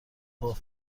باف